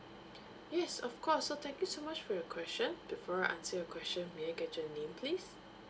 yes of course so thank you so much for your question before I answer your question may I get your name please